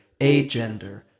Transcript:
agender